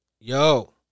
Yo